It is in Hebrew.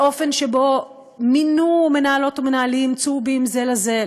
באופן שבו מינו מנהלות ומנהלים צהובים זה לזה,